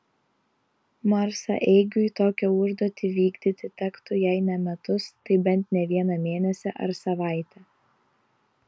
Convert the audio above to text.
marsaeigiui tokią užduotį vykdyti tektų jei ne metus tai bent ne vieną mėnesį ar savaitę